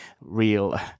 real